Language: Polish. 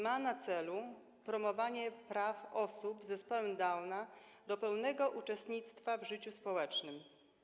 Ma na celu promowanie praw osób z zespołem Downa do pełnego uczestnictwa w życiu społecznym.